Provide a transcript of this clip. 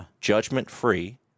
judgment-free